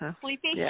Sleepy